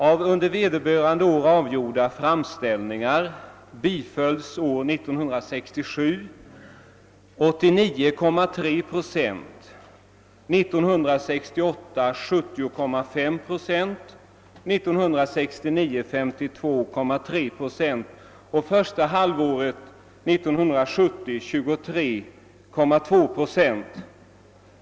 Av de framställningar som gjordes år 1967 bifölls 89,3 procent, 1968 var andelen 70,5 procent, 1969 532,3 procent och första halvåret 1970 23,2 procent.